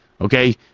okay